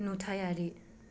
नुथायारि